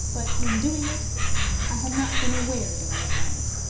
but when doing it i have not been aware that i have done it.